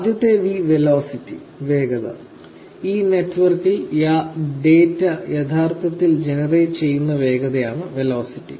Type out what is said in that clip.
ആദ്യത്തേത് വെലോസിറ്റി വേഗത ഈ നെറ്റ്വർക്കുകളിൽ ഡാറ്റ യഥാർത്ഥത്തിൽ ജനറേറ്റ് ചെയ്യുന്ന വേഗതയാണ് വെലോസിറ്റി